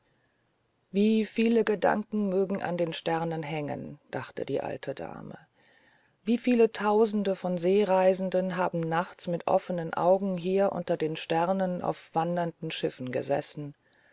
wie viele gedanken mögen an den sternen hängen dachte die alte dame wie viele tausende von seereisenden haben nachts mit offenen augen hier unter den sternen auf wandernden schiffen gesessen